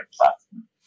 platform